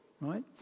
right